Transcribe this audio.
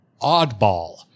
oddball